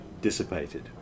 dissipated